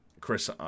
Chris